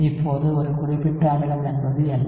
இப்போது ஒரு குறிப்பிட்ட அமிலம் என்பது என்ன